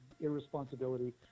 irresponsibility